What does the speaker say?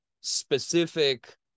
specific